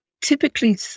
typically